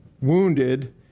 wounded